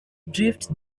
drift